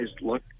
look